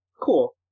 Cool